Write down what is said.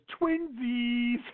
Twinsies